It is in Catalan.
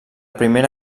primera